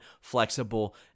flexible